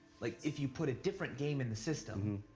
like, if you put a different game in the system,